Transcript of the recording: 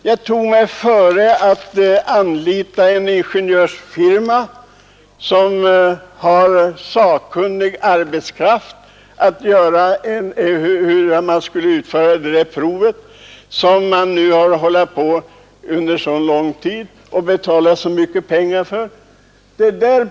Jag tog mig före att anlita en ingenjörsfirma med sakkunnig arbetskraft för att få veta hur man skulle utföra det prov man nu använt så lång tid till och betalat så mycket pengar för.